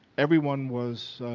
everyone was